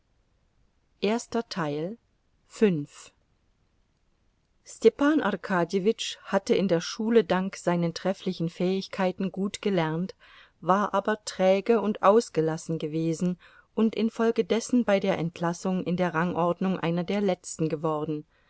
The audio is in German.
stepan arkadjewitsch hatte in der schule dank seinen trefflichen fähigkeiten gut gelernt war aber träge und ausgelassen gewesen und infolgedessen bei der entlassung in der rangordnung einer der letzten geworden